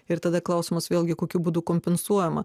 ir tada klausimas vėlgi kokiu būdu kompensuojama